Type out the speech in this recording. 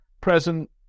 Present